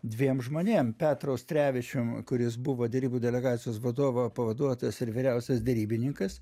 dviem žmonėm petru austrevičium kuris buvo derybų delegacijos vadovo pavaduotojas ir vyriausias derybininkas